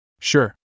Sure